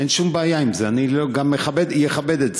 אין שום בעיה עם זה, אני גם אכבד את זה.